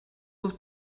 this